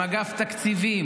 עם אגף התקציבים,